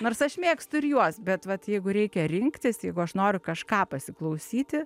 nors aš mėgstu ir juos bet vat jeigu reikia rinktis jeigu aš noriu kažką pasiklausyti